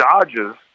Dodges